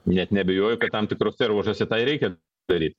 net neabejoju kad tam tikruose ruožuose tą ir reikia daryt